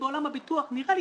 בגלל שיש